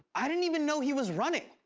i didn't even know he was running.